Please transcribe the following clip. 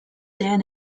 dan